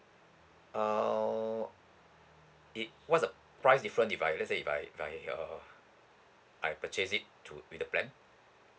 err it what's the price difference if I let's say if I if I uh I purchase it to with the plan